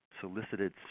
solicited